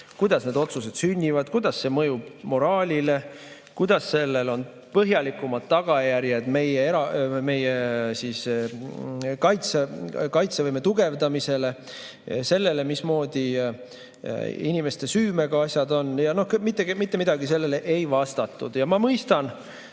kuidas need otsused sünnivad, kuidas see mõjub moraalile, kuidas sellel on põhjalikumad tagajärjed meie kaitsevõime tugevdamisele, sellele, mismoodi inimeste süümega asjad on. Ja mitte midagi ei vastatud. Ma mõistan,